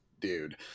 dude